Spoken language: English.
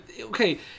Okay